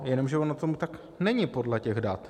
Jenomže ono tomu tak není podle těch dat.